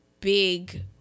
big